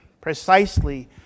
precisely